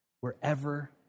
wherever